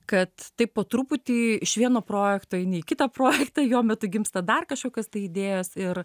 kad taip po truputį iš vieno projekto eini į kitą projektą jo metu gimsta dar kažkokios tai idėjos ir